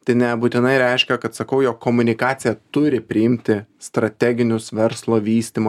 tai nebūtinai reiškia kad sakau jog komunikacija turi priimti strateginius verslo vystymo